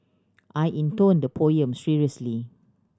I intoned the poem seriously